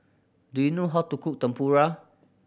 do you know how to cook Tempura